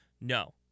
No